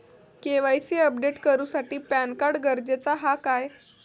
KYC update करूसाठी PAN card गरजेचा हा काय?